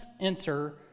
enter